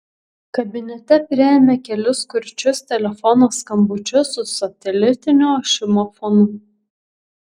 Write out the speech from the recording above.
kabinete priėmė kelis kurčius telefono skambučius su satelitinio ošimo fonu